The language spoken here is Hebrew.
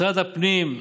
למשרד הפנים,